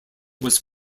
was